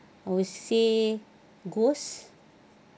we see ghosts